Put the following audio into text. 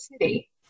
city